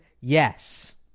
yes